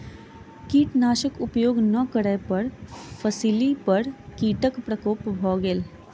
कीटनाशक उपयोग नै करै पर फसिली पर कीटक प्रकोप भ गेल